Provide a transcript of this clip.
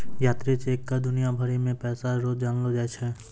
यात्री चेक क दुनिया भरी मे पैसा रो जानलो जाय छै